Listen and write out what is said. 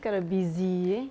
kind of busy eh